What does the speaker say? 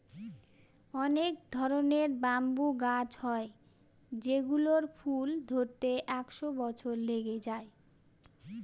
অনেক ধরনের ব্যাম্বু গাছ হয় যেগুলোর ফুল ধরতে একশো বছর লেগে যায়